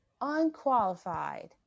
unqualified